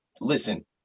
Listen